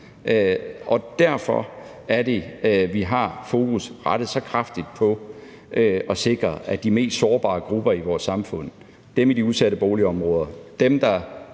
det, vi har fokus rettet så kraftigt på at sikre, at de mest sårbare grupper i vores samfund, dem i de udsatte boligområder,